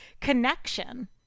connection